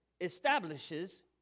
establishes